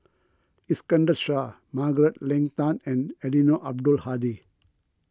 Iskandar Shah Margaret Leng Tan and Eddino Abdul Hadi